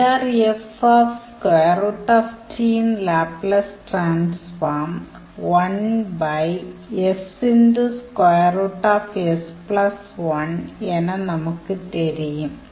யின் Laplace transform என நமக்குத் தெரியும்